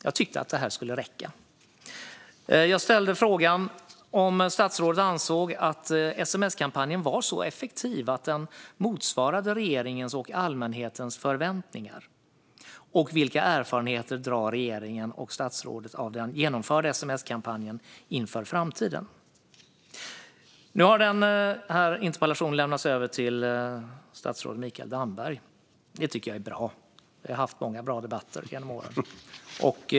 Jag tyckte att den skriftliga frågan skulle räcka. Jag frågade om statsrådet ansåg att sms-kampanjen var så effektiv att den motsvarade regeringens och allmänhetens förväntningar och vilka erfarenheter regeringen och statsrådet drog av den genomförda sms-kampanjen inför framtiden. Nu har interpellationen lämnats över till statsrådet Mikael Damberg. Det tycker jag är bra. Vi har haft många bra debatter genom åren.